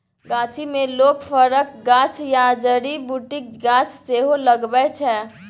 गाछी मे लोक फरक गाछ या जड़ी बुटीक गाछ सेहो लगबै छै